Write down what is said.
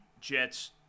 Jets